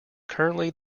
currently